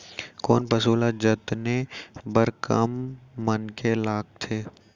कोन पसु ल जतने बर कम मनखे लागथे?